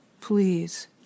please